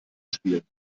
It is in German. spielen